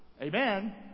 Amen